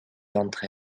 d’entre